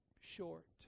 short